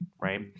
right